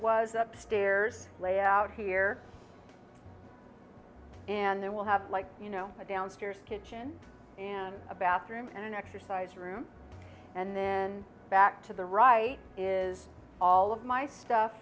was upstairs layout here and they will have like you know a downstairs kitchen and a bathroom and an exercise room and in back to the right is all of my stuff